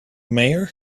mayor